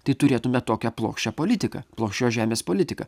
tai turėtume tokią plokščią politiką plokščios žemės politiką